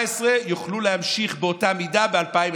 כל הפעילויות שהיו ב-2019 יוכלו להימשך באותה מידה ב-2020.